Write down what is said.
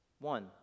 One